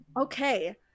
Okay